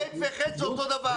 ב' וח' זה אותו דבר.